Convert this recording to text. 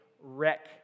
wreck